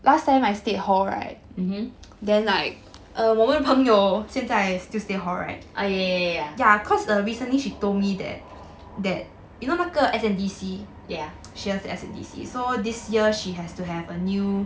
mmhmm oh yeah yeah yeah yeah